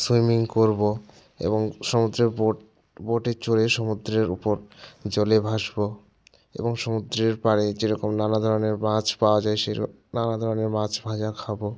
swimming করবো এবং সমুদ্রে বোট বোটে চড়ে সমুদ্রের উপর জলে ভাসবো এবং সমুদ্রের পারে যেরকম নানা ধরনের মাছ পাওয়া যায় সেরম নানা ধরনের মাছ ভাজা খাবো